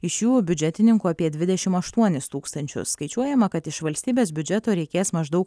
iš jų biudžetininkų apie dvidešim aštuonis tūkstančius skaičiuojama kad iš valstybės biudžeto reikės maždaug